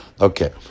Okay